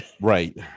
right